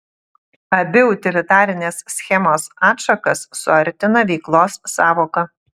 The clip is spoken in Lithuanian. abi utilitarinės schemos atšakas suartina veiklos sąvoka